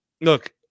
look